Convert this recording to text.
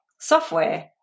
software